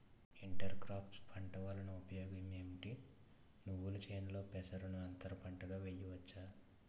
Inter crops పంట వలన ఉపయోగం ఏమిటి? నువ్వుల చేనులో పెసరను అంతర పంటగా వేయవచ్చా?